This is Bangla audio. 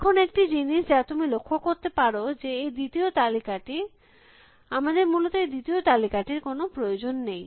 এখন একটি জিনিস যা তুমি লক্ষ্য করতে পারো যে এই দ্বিতীয় তালিকাটি আমাদের মূলত এই দ্বিতীয় তালিকাটি র প্রয়োজন নেই